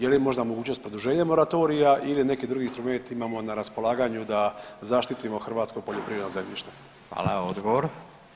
Je li možda mogućnost produženjem moratorija ili neki drugi instrument imamo na raspolaganju da zaštitimo hrvatsko poljoprivredno zemljište?